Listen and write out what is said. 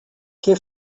què